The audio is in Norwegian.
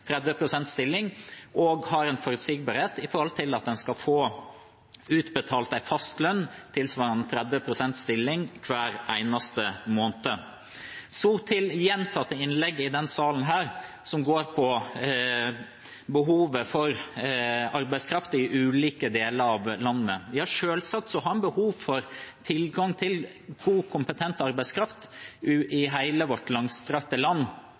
stilling, også har en forutsigbarhet med tanke på at man får utbetalt fast lønn tilsvarende 30 pst. stilling hver eneste måned. Så til gjentatte innlegg i denne salen som går på behovet for arbeidskraft i ulike deler av landet. Ja, selvsagt har en behov for tilgang til god, kompetent arbeidskraft i hele vårt langstrakte land.